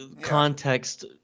context